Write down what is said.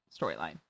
storyline